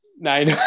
Nine